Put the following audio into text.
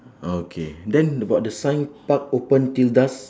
okay then about the sign park open till dusk